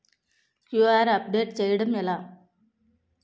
QR update చేయడం ఎలా?